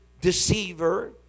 deceiver